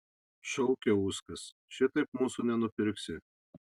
šaukė uskas šitaip mūsų nenupirksi